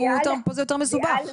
פה זה יותר מסובך.